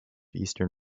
eastern